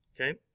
Okay